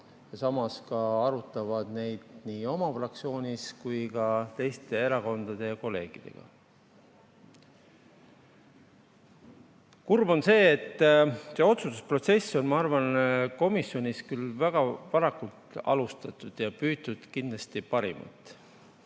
samas ka arutavad asja nii oma fraktsioonis kui ka teiste erakondade kolleegidega. Kurb on see, et seda otsustusprotsessi on, ma arvan, komisjonis küll väga varakult alustatud ja püütud kindlasti anda